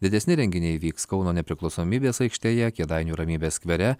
didesni renginiai vyks kauno nepriklausomybės aikštėje kėdainių ramybės skvere